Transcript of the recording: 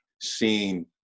seeing